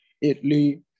Italy